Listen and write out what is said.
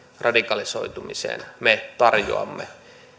radikalisoitumiseen me tarjoamme